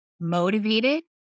Motivated